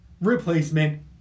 replacement